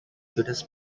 judas